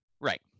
Right